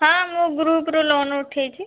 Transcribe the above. ହଁ ମୁଁ ଗ୍ରୁପ୍ରେ ଲୋନ୍ ଉଠାଇଛି